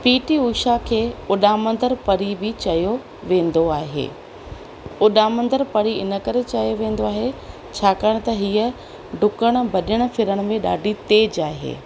P T Usha खे उॾामंदड़ परी बि चयो वेंदो आहे उॾामंदड़ परी इन करे चयो वेंदो आहे छाकाणि त हीअ डुकणु भॼणु फिरण में ॾाढी तेज़ु आहे